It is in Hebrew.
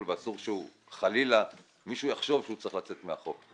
ואסור שחלילה מישהו יחשוב שהוא צריך לצאת מהחוק,